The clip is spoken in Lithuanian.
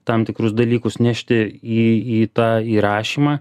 tam tikrus dalykus nešti į į tą į rašymą